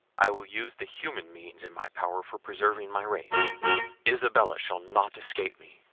i will use the human means in my power for preserving my race isabella shall not escape me.